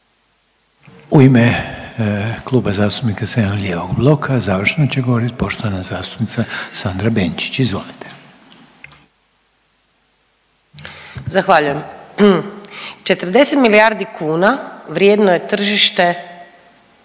U ime Kluba zastupnika zeleno-lijevog bloka završno će govorit poštovana zastupnica Sandra Benčić, izvolite. **Benčić, Sandra (Možemo!)** Zahvaljujem. 40 milijardi kuna vrijedno je tržište